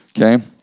Okay